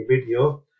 video